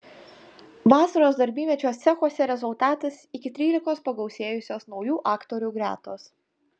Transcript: vasaros darbymečio cechuose rezultatas iki trylikos pagausėjusios naujų aktorių gretos